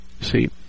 See